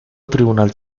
tribunal